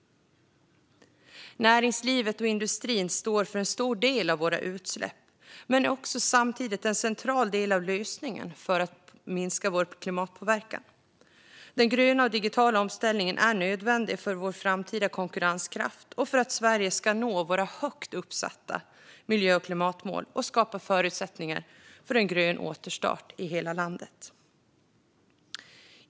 Näringslivet och industrin står för en stor del av våra utsläpp men är samtidigt en central del av lösningen för att minska vår klimatpåverkan. Den gröna och digitala omställningen är nödvändig för vår framtida konkurrenskraft och för att Sverige ska nå sina högt uppsatta miljö och klimatmål och skapa förutsättningar för en grön återstart i hela landet.